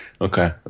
okay